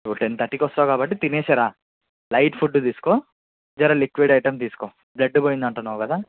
నువ్వు ten thirty కి వస్తావు కాబట్టి తినేసి రా లైట్ ఫుడ్ తీసుకో జరా లిక్విడ్ ఐటమ్ తీసుకో బ్లడ్ పోయింది అంటున్నావు కదా